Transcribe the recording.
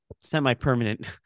semi-permanent